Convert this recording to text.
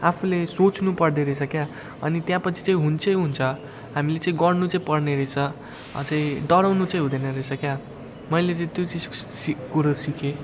आफूले सोच्नुपर्दो रहेछ क्या अनि त्यहाँपछि चाहिँ हुन्छै हुन्छ हामीले चाहिँ गर्नु चाहिँ पर्नेरहेछ चाहिँ डराउनु चाहिँ हुँदैन रहेछ क्या मैले चाहिँ त्यो चिज कुरो सिकेँ